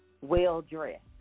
well-dressed